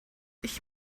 ich